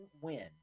win